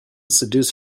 seduce